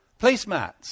Placemats